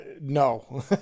no